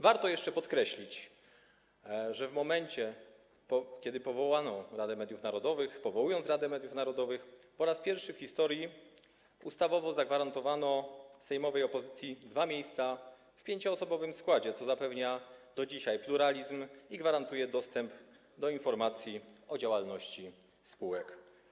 Warto jeszcze podkreślić, że w momencie kiedy powołano Radę Mediów Narodowych, po raz pierwszy w historii ustawowo zagwarantowano sejmowej opozycji dwa miejsca w pięcioosobowym składzie, co zapewnia do dzisiaj pluralizm i gwarantuje dostęp do informacji o działalności spółek.